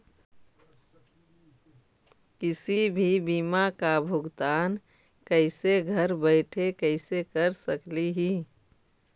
किसी भी बीमा का भुगतान कैसे घर बैठे कैसे कर स्कली ही?